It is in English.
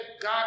God